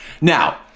Now